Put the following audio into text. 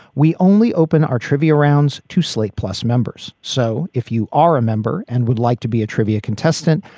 we only open our trivia rounds to slate plus members. so if you are a member and would like to be a trivia contestant,